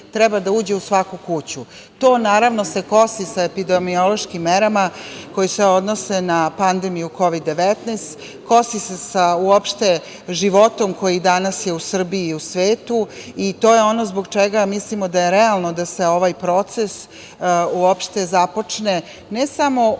treba da uđe u svaku kuću. To se naravno kosi sa epidemiološkim merama koje se odnose na pandemiju Kovid-19, kosi se sa životom koji je danas u Srbiji i svetu i to je ono zbog čega mislimo da je realno da se ovaj proces uopšte započne, ne samo u